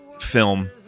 film